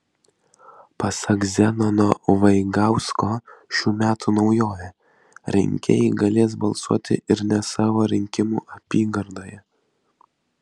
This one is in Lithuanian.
pasak zenono vaigausko šių metų naujovė rinkėjai galės balsuoti ir ne savo rinkimų apygardoje